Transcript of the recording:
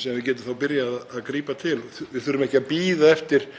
sem við getum þá byrjað að grípa til. Við þurfum ekki að bíða eftir